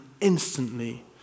instantly